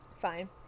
fine